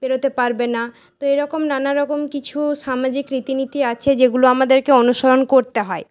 বেরোতে পারবে না তো এ রকম নানারকম কিছু সামাজিক রীতিনীতি আছে যেগুলো আমাদেরকে অনুসরণ করতে হয়